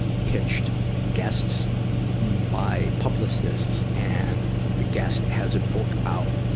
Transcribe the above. pitched guests by publicists, and the guest has a book out.